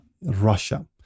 Russia